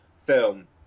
film